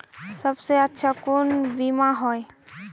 सबसे अच्छा कुन बिमा होय?